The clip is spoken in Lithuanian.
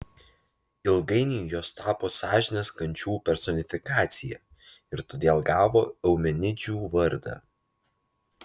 ilgainiui jos tapo sąžinės kančių personifikacija ir todėl gavo eumenidžių vardą